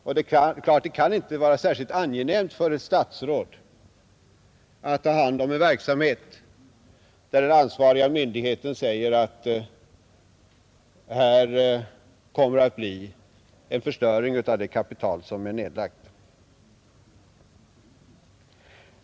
Och det kan inte vara särskilt angenämt för ett statsråd att ha hand om en verksamhet, där den ansvariga myndigheten säger att här kommer att bli en förstöring av det kapital som är nedlagt.